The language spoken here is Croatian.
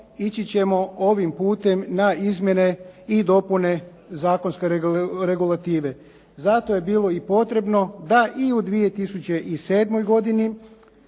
ići ćemo ovim putem na izmjene i dopune zakonske regulative. Zato je bilo i potrebno da i u 2007. godini